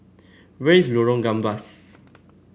where is Lorong Gambas